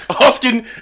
asking